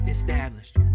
established